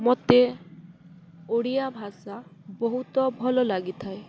ମୋତେ ଓଡ଼ିଆ ଭାଷା ବହୁତ ଭଲ ଲାଗିଥାଏ